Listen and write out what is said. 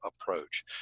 approach